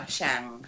Shang